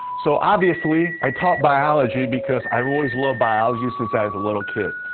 so, obviously, i taught biology because i've always loved biology since i was a little kid.